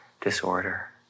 disorder